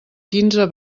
quinze